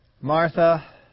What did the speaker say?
Martha